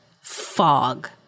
fog